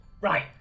Right